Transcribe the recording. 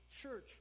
church